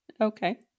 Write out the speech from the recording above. Okay